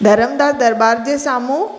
धर्म दास दरबार जे साम्हूं